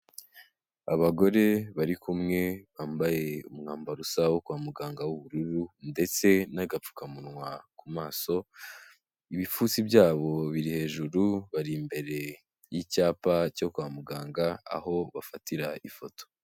Abagore bari kumwe bambaye umwambaro usa wo kwa muganga w'ubururu, ndetse n'agapfukamunwa ku maso, ibipfunsi byabo biri hejuru, bari imbere y'icyapa cyo kwa muganga aho bafatira ifoto.